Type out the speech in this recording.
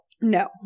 No